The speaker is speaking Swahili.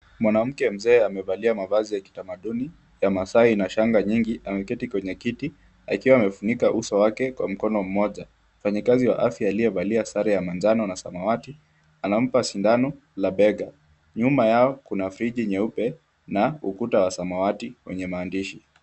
Mwanamke mzee amevalia mavazi ya kitamaduni ya masaai na shanga nyingi. Ameketi kwenye kiti akiwa amefunika uso wake kwa mkono mmoja. Mfanyakazi wa afya aliyevalia sare ya manjano na samawati anampa sindano la bega. Nyuma yao kuna friji nyeupe na ukuta wa samawati wenye maandishi.